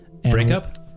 Breakup